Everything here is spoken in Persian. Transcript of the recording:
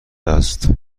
است